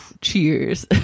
cheers